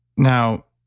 now,